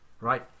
right